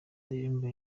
indirimbo